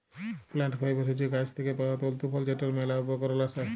plant fibre হছে গাহাচ থ্যাইকে পাউয়া তল্তু ফল যেটর ম্যালা উপকরল আসে